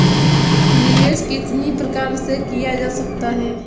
निवेश कितनी प्रकार से किया जा सकता है?